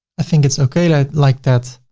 i think it's okay like like that.